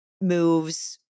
moves